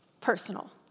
personal